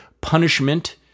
punishment